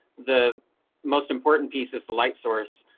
the most important piece is the light source.